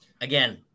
Again